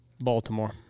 Baltimore